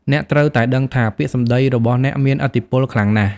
អ្នកត្រូវតែដឹងថា ពាក្យសម្ដីរបស់អ្នកមានឥទ្ធិពលខ្លាំងណាស់។